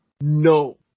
No